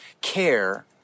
care